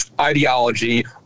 ideology